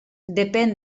depèn